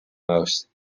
most